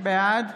בעד